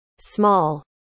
Small